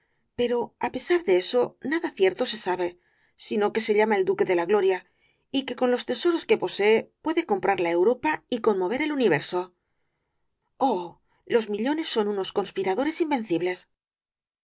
pero á pesar de eso nada cierto se sabe sino que se llama el duque de la gloria y que con los tesoros que posee puede comprar la europa y conmover el universo oh los millones son unos conspiradores invencibles